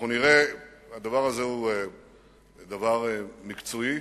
הדבר הזה הוא דבר מקצועי